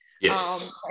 Yes